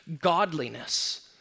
godliness